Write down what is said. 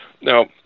Now